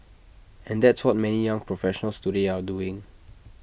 and that's what many young professionals today are doing